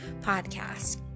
podcast